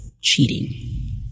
cheating